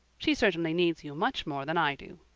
she certainly needs you much more than i do.